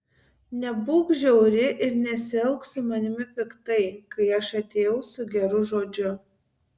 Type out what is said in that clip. nebūk žiauri ir nesielk su manimi piktai kai aš atėjau su geru žodžiu